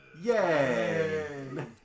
Yay